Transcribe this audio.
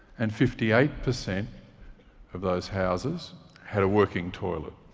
and fifty eight percent of those houses had a working toilet.